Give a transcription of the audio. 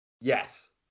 Yes